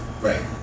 right